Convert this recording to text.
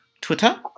twitter